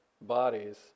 bodies